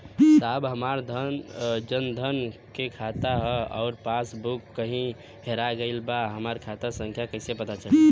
साहब हमार जन धन मे खाता ह अउर पास बुक कहीं हेरा गईल बा हमार खाता संख्या कईसे पता चली?